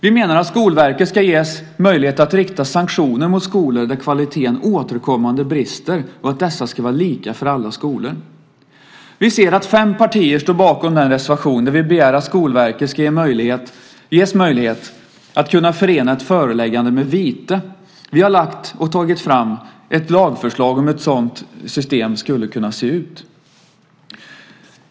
Vi menar att Skolverket ska ges möjlighet att rikta sanktioner mot skolor där kvaliteten återkommande brister och att dessa ska vara lika för alla skolor. Vi ser att fem partier står bakom den reservation där vi begär att Skolverket ska ges möjlighet att förena ett föreläggande med vite. Vi har tagit fram och lagt fram ett lagförslag om hur ett sådant system skulle kunna se ut.